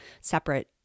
separate